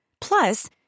Plus